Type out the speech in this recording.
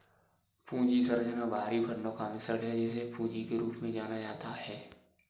पूंजी संरचना बाहरी फंडों का मिश्रण है, जिसे पूंजी के रूप में जाना जाता है